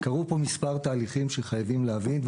קרו פה מספר תהליכים שחייבים להבין.